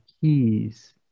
keys